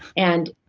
and,